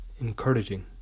encouraging